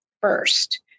first